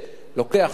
לוקח זמן,